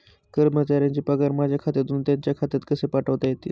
कर्मचाऱ्यांचे पगार माझ्या खात्यातून त्यांच्या खात्यात कसे पाठवता येतील?